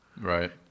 Right